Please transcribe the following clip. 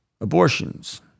Abortions